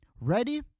Ready